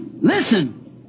listen